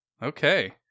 Okay